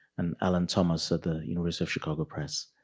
and alan thomas at the university of chicago press,